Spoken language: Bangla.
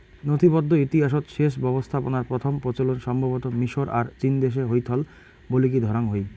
নথিবদ্ধ ইতিহাসৎ সেচ ব্যবস্থাপনার প্রথম প্রচলন সম্ভবতঃ মিশর আর চীনদেশে হইথল বলিকি ধরাং হই